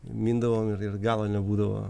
mindavom ir ir galo nebūdavo